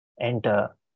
Enter